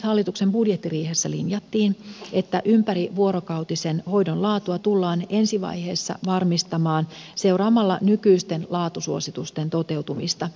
hallituksen budjettiriihessä linjattiin että ympärivuorokautisen hoidon laatua tullaan ensivaiheessa varmistamaan seuraamalla nykyisten laatusuositusten toteutumista